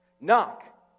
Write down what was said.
Knock